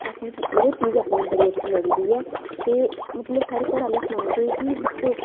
बस मिकी उ'ऐ चीज अपनी बड़ी अच्छी लगदी ऐ ते मतलब साढ़े घरै आह्ले सनांदे कि दिक्खो उस राजे बिच